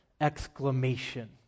exclamation